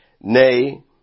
nay